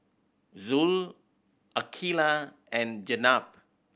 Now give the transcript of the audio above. Zul Aqilah and Jenab